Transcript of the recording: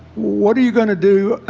what are you going to do?